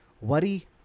Worry